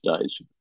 days